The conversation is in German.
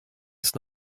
ist